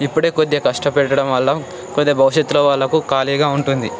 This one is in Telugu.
ఇప్పుడే కొద్దిగా కష్టపెట్టడం వల్ల కొద్దిగా భవిష్యత్తులో వాళ్ళు ఖాళీగా ఉంటుంది